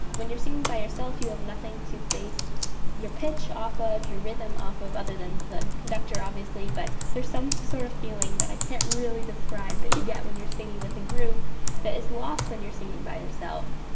when you're singing by yourself, you have nothing to base your pitch off ah of, your rhythm off of other than the conductor obviously. but there's some sort of feeling that i can't really describe that but you get when you're singing with a group that is lost when you're singing by yourself.